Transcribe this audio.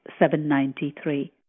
793